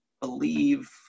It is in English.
believe